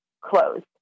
closed